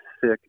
sick